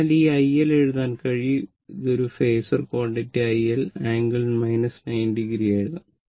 അതിനാൽ ഈ iL എഴുതാൻ കഴിയും ഇത് ഒരു phasor quantity iL angle 90o ആയി എഴുതാം